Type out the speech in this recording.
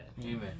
Amen